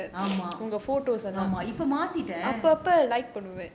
ஆமா ஆமா இப்ப மாத்தீட்டேன்:aama aama ippa maatheetaen